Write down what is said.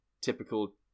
typical